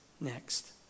next